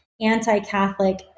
anti-Catholic